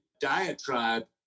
diatribe